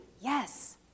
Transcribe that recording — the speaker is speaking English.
yes